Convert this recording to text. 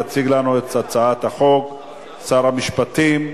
יציג לנו את הצעת החוק שר המשפטים,